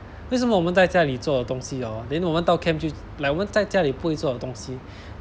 为什么我们在家里做的东西 then 我们到 camp 就 like 我们在家里不会做的东西